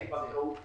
בנקאות מרחוק.